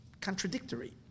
contradictory